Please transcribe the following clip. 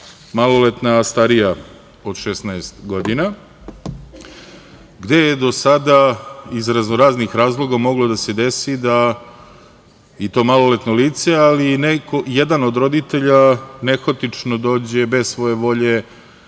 maloletna, a starija od 16 godina, gde je do sada iz raznoraznih razloga moglo da se desi da i to maloletno lice, ali i jedan od roditelja nehotično dođe, bez svoje volje,